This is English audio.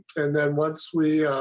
and then once we